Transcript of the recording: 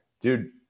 dude